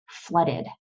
flooded